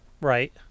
right